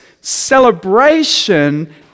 celebration